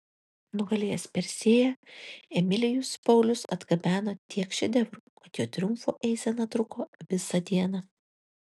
nugalėjęs persėją emilijus paulius atgabeno tiek šedevrų kad jo triumfo eisena truko visą dieną